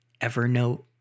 Evernote